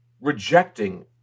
rejecting